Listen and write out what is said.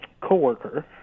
co-worker